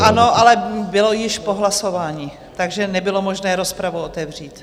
Ano, ale bylo již po hlasování, takže nebylo možné rozpravu otevřít.